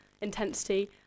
intensity